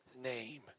name